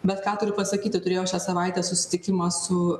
bet ką turiu pasakyti turėjau šią savaitę susitikimą su